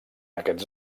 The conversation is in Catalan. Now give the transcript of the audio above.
aquests